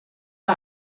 bei